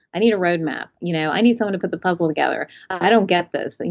i need a roadmap. you know i need someone to put the puzzle together. i don't get this. and you